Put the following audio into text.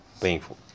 painful